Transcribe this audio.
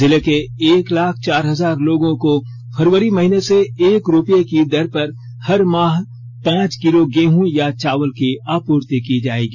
जिले के एक लाख चार हजार लोगों को फरवरी महीने से एक रुपये की दर पर हर माह पांच किलो गेंहू या चावल की आपूर्ति की जायेगी